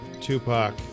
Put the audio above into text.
Tupac